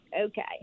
okay